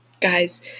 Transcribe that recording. Guys